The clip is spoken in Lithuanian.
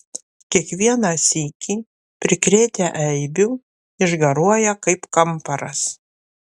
kiekvieną sykį prikrėtę eibių išgaruoja kaip kamparas